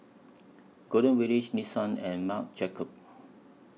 Golden Village Nissan and Marc Jacobs